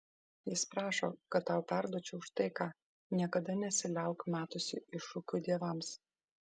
jis prašo kad tau perduočiau štai ką niekada nesiliauk metusi iššūkių dievams